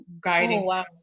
guiding